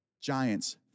Giants